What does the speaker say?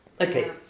Okay